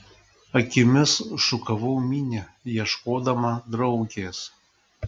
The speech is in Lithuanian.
akimis šukavau minią ieškodama draugės